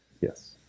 Yes